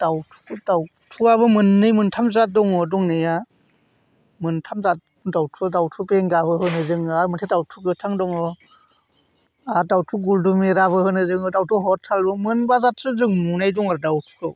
दाउथुआबो मोननै मोनथाम जाद दं दंनाया मोनथाम जाद दाउथुआ दाउथु बेंगाबो होनो जोंना आरो मोनसे दाउथु गोथां दङ आरो दाउथु गुलदुमेराबो होनो दाउथु हदथाबो होनो मोनबा जादसो जों नुनाय दं आरो जों दाउथुखौ